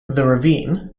ravine